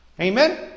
Amen